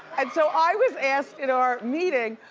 and so, i was asked in our meeting,